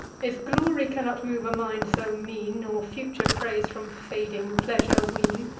if glory cannot move a mind so mean, nor future praise from fading pleasure wean,